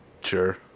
Sure